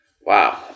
Wow